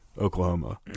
Oklahoma